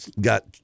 got